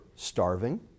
Starving